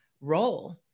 role